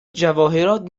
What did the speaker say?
جواهرات